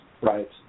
right